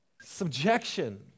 subjection